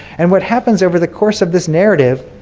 and what happens over the course of this narrative